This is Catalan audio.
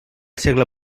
segle